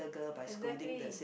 exactly